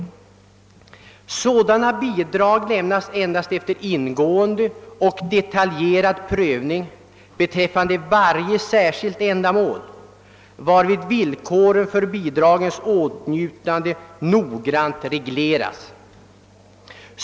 Sådana bidrag lämnas endast efter ingående och detaljerad prövning beträffande varje särskilt ändamål, varvid villkoren för bidragens åtnjutande noggrant regleras.